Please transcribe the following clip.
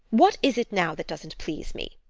what is it now that doesn't please me?